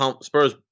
Spurs